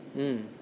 mm